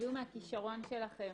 תביאו מהכישרון שלכם